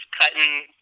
cutting